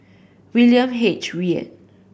William H Read